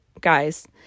guys